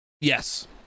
Yes